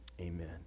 amen